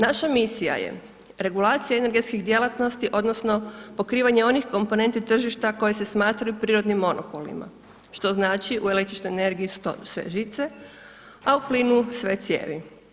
Naša misija je regulacija energetskih djelatnosti, odnosno, pokrivanje onih komponenti tržišta, koje se smatraju prirodnim monopolima, što znači, u električnoj energiji, su to sve žice, a u plinu sve cijevi.